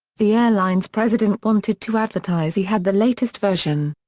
the airline's president wanted to advertise he had the latest version.